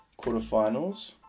quarterfinals